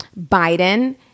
biden